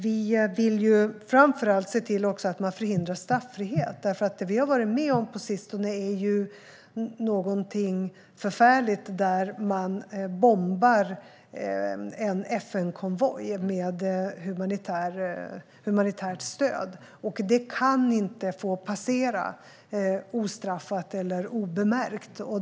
Vi vill framför allt förhindra straffrihet, för det som har skett på sistone är ju någonting förfärligt, att man bombat en FN-konvoj med humanitärt stöd. Det kan inte få passera ostraffat eller obemärkt.